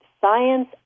science